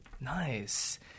Nice